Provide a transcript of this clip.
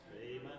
Amen